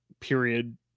period